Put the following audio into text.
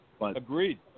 Agreed